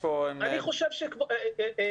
ל-זום.